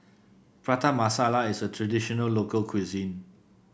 Prata Masala is a traditional local cuisine